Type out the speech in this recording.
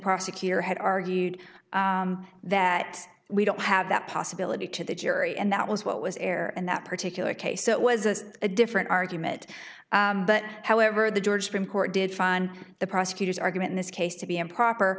prosecutor had argued that we don't have that possibility to the jury and that was what was air and that particular case it was a different argument but however the george from court did find the prosecutor's argument in this case to be improper